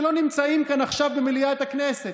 שלא נמצאים כאן עכשיו במליאת הכנסת,